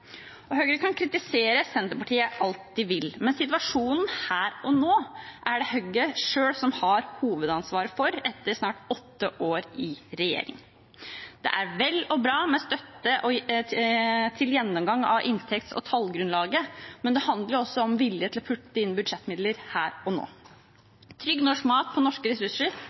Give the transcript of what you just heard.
Høyre kan kritisere Senterpartiet alt de vil, men situasjonen her og nå er det Høyre selv som har hovedansvaret for, etter snart åtte år i regjering. Det er vel og bra med støtte til gjennomgang av inntekts- og tallgrunnlaget, men det handler også om vilje til å putte inn budsjettmidler her og nå. Trygg, norsk mat på norske ressurser,